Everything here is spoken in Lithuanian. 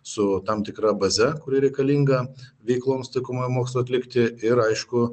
su tam tikra baze kuri reikalinga veikloms taikomųjų mokslų atlikti ir aišku